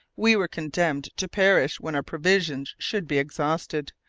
we were condemned to perish when our provisions should be exhausted,